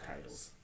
titles